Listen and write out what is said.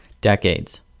decades